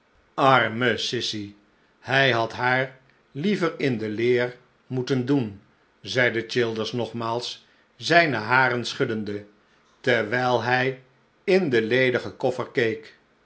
arme sissy hij had haar liever in de leer moeten doen zeide childers nogmaals zijne haren schuddende terwijl hij in den ledigen koffer